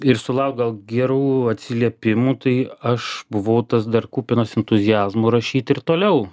ir sulaukt gal gerų atsiliepimų tai aš buvau tas dar kupinas entuziazmo rašyti ir toliau